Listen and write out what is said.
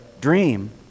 dream